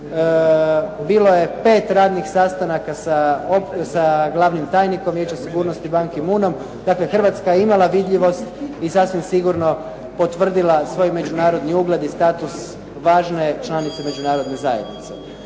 Bilo je pet radnih sastanaka sa glavnim tajnikom Vijeća sigurnosti Ban Ki-moonom. Dakle, Hrvatska je imala vidljivost i sasvim sigurno potvrdila svoj međunarodni ugled i status važne članice Međunarodne zajednice.